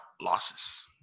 losses